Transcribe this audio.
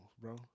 bro